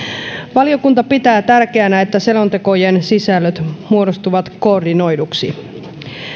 valiokunta pitää tärkeänä että selontekojen sisällöt muodostuvat koordinoiduiksi